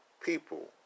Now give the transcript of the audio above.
people